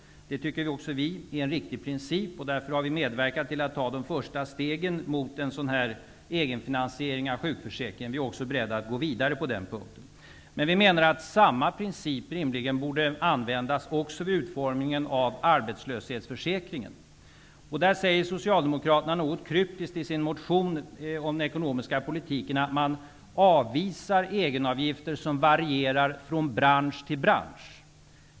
Det tycker också vi är en riktig princip. Därför har vi medverkat till att ta de första stegen mot en sådan egenfinansiering av sjukförsäkringen. Vi är också beredda att gå vidare på den punkten. Vi menar emellertid att samma princip rimligen borde användas även vid utformningen av arbetslöshetsförsäkringen. I det sammanhanget säger Socialdemokraterna något kryptiskt i sin motion om den ekonomiska politiken att man avvisar egenavgifter som varierar från bransch till bransch.